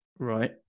right